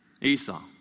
Esau